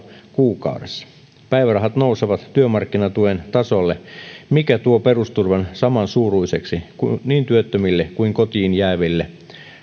kuukaudessa päivärahat nousevat työmarkkinatuen tasolle mikä tuo perusturvan saman suuruiseksi niin työttömille kuin kotiin jääville